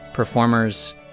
Performers